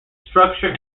structure